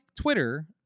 Twitter